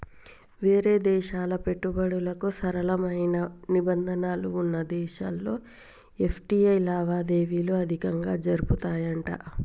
వేరే దేశాల పెట్టుబడులకు సరళమైన నిబంధనలు వున్న దేశాల్లో ఎఫ్.టి.ఐ లావాదేవీలు అధికంగా జరుపుతాయట